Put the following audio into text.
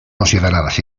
consideradas